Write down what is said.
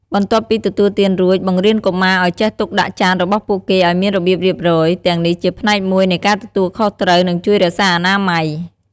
បន្ទាប់ពីទទួលទានរួច បង្រៀនកុមារឲ្យចេះទុកដាក់ចានរបស់ពួកគេឲ្យមានរបៀបរៀបរយ ទាំងនេះជាផ្នែកមួយនៃការទទួលខុសត្រូវ និងជួយរក្សាអនាម័យ។